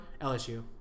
LSU